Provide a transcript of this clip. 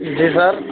جی سر